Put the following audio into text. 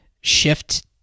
shift